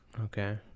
Okay